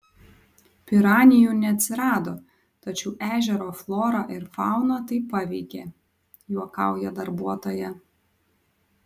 piranijų neatsirado tačiau ežero florą ir fauną tai paveikė juokauja darbuotoja